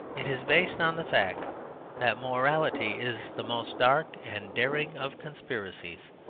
it is based on the fact that morality is the most dark and daring of conspiracies.